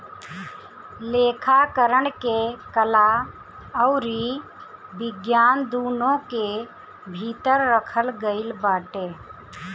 लेखाकरण के कला अउरी विज्ञान दूनो के भीतर रखल गईल बाटे